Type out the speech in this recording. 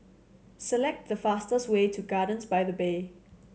select the fastest way to Gardens by the Bay